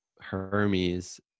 Hermes